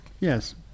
Yes